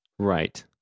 Right